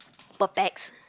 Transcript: per pax